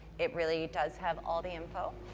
it really does have all the info.